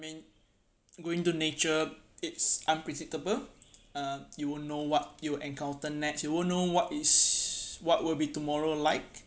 I mean going to nature it's unpredictable uh you won't know what you'll encounter next you won't know what is what will be tomorrow like